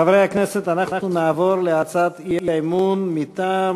חברי הכנסת, אנחנו נעבור להצעת האי-אמון מטעם